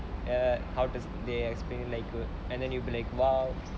err how does they explain like err and then you'll be like !wow!